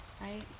right